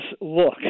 look